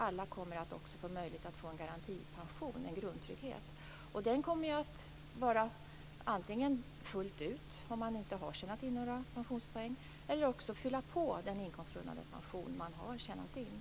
Alla kommer självfallet att ha möjlighet att få en garantipension - en grundtrygghet. Om man inte har tjänat in några pensionspoäng kommer garantipensionen att gälla fullt ut. Den kan också fylla på den inkomstgrundade pension man har tjänat in.